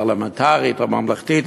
או פרלמנטרית או ממלכתית,